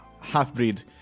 half-breed